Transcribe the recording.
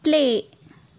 play